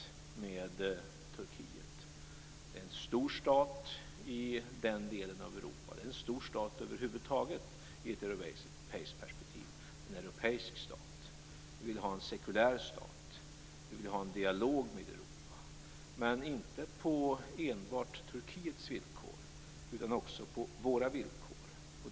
Turkiet är en stor stat i den delen av Europa. Över huvud taget är Turkiet en stor stat i ett europeiskt perspektiv, en europeisk stat. Vi vill ha en sekulär stat. Vi vill ha en dialog med Europa men inte enbart på Turkiets villkor utan också på våra villkor.